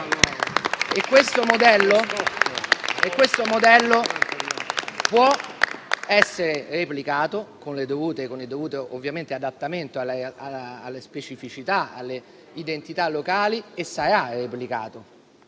Questo modello può essere replicato, ovviamente con il dovuto adattamento alla specificità e alle identità locali, e sarà replicato.